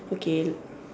okay